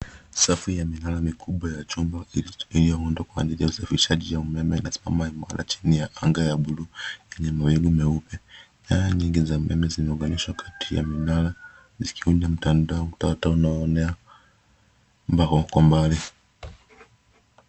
Safu ya minala mikubwa ya chuma iliyoundwa kwa ajili ya usafirishaji wa umeme inasimama imara chini ya anga ya blue yenye mawingu meupe. Waya nyingi za umeme zimeunganishwa kati ya minala zikiunda mtandao tata unaoonea kwa umbali.